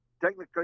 technically